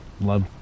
love